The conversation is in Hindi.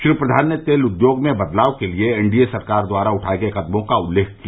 श्री प्रधान ने तेल उद्योग में बदलाव के लिए एनडीए सरकार द्वारा उठाये गये कदमों का उल्लेख किया